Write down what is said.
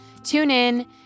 TuneIn